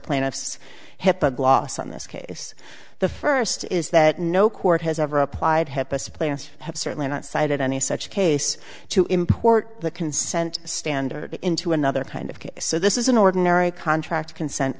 s hit the gloss on this case the first is that no court has ever applied help us players have certainly not cited any such case to import the consent standard into another kind of case so this is an ordinary contract consent